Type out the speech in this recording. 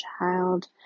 child